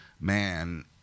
man